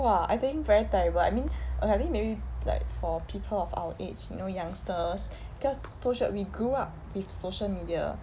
!wah! I think very terrible I mean err I think maybe like for people of our age you know youngsters cause social we grew up with social media